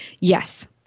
Yes